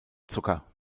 zucker